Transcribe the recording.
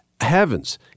heavens